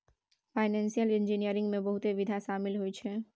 financial engineering में बहुते विधा शामिल होइ छै